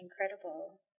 Incredible